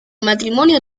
matrimonio